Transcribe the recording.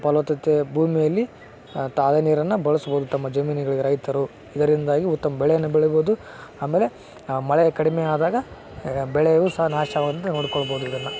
ಫಲವತ್ತತೆ ಭೂಮಿಯಲ್ಲಿ ತಾವೆ ನೀರನ್ನು ಬಳಸ್ಬೋದು ತಮ್ಮ ಜಮೀನುಗಳಿಗೆ ರೈತರು ಇದರಿಂದಾಗಿ ಉತ್ತಮ ಬೆಳೆಯನ್ನು ಬೆಳಿಬೋದು ಆಮೇಲೆ ಆ ಮಳೆ ಕಡಿಮೆ ಆದಾಗ ಬೆಳೆಯು ಸಹ ನಾಶವಾಗದಂತೆ ನೋಡಿಕೊಳ್ಬೋದು ಇದನ್ನು